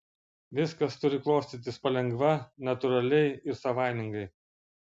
viskas turi klostytis palengva natūraliai ir savaimingai